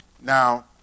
Now